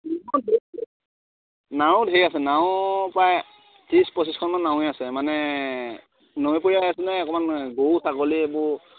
নাও ঢেৰ আছে নাও প্ৰায় ত্ৰিছ পঁচিছখনমান নাৱে আছে মানে নৈপৰীয়া আছে নহয় অকণমান গৰু ছাগলী এইবোৰ